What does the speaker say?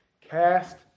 Cast